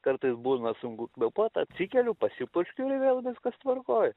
kartais būna sunku kvėpuot atsikeliu pasipurškiu ir vėl viskas tvarkoj